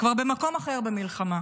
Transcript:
כבר במקום אחר במלחמה.